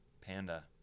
panda